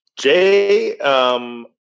Jay